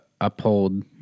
uphold